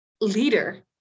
leader